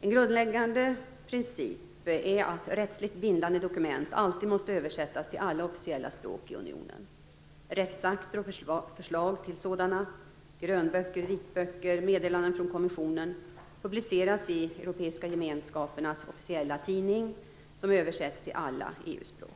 En grundläggande princip är att rättsligt bindande dokument alltid måste översättas till alla officiella språk i unionen. Rättsakter och förslag till sådana, grönböcker, vitböcker och meddelanden från kommissionen publiceras i Europeiska gemenskapernas officiella tidning, som översätts till alla EU-språk.